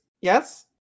Yes